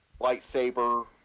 lightsaber